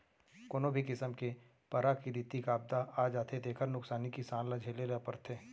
कोनो भी किसम के पराकिरितिक आपदा आ जाथे तेखर नुकसानी किसान ल झेले ल परथे